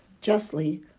justly